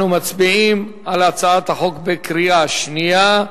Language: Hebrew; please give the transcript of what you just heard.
אנחנו מצביעים על הצעת החוק בקריאה שנייה.